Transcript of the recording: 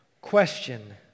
Question